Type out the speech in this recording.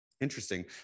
Interesting